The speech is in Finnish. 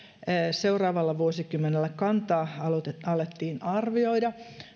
seuraavalla vuosikymmenellä kantaa alettiin arvioida